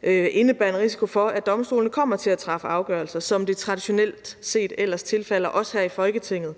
kan indebære en risiko for, at domstolene kommer til at træffe afgørelser, som det traditionelt set ellers tilfalder os her i Folketinget